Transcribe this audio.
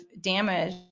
damage